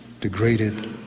degraded